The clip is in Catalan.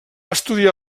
estudiar